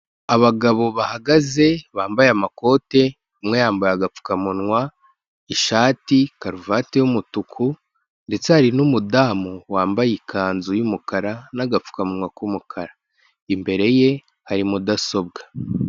Abagabo bahagaze bambaye amakote, umwe yambaye agapfukamunwa, ishati, karuvati y'umutuku ndetse hari n'umudamu wambaye ikanzu y'umukara n'agapfukamunwa k'umukara. Imbere ye hari mudasobwa.